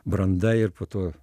branda ir po to